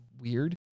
weird